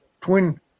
twin